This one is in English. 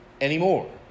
anymore